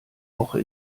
woche